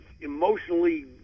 emotionally